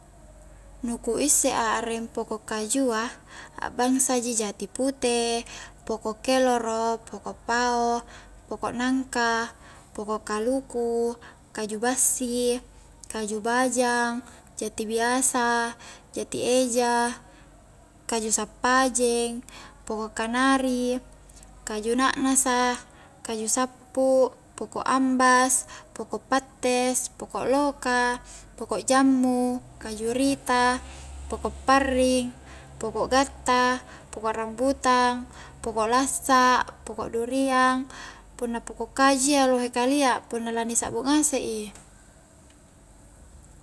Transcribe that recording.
Nu ku isse a areng poko' kajua akbangsa ji jati pute, poko' keloro, poko' pao, poko' nangka, poko' kaluku, kaju bassi, kaju bajang, jati biasa, jati eja, kaju sappajeng, poko' kanari kaju na'nasa kaju sappu poko' ambas, poko' pattes, poko' loka, ppkp' jammu, kaju rita poko' parring poko' gatta poko' rambutang poko' lassa', poko duriang, punna poko' kajua iya lohe kalia punna lani sakbu asek i